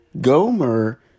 Gomer